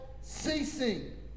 ceasing